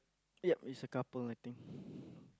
ya it's a couple I think